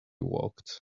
walked